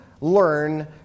learn